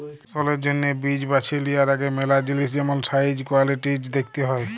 ফসলের জ্যনহে বীজ বাছে লিয়ার আগে ম্যালা জিলিস যেমল সাইজ, কোয়ালিটিজ দ্যাখতে হ্যয়